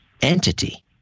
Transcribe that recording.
entity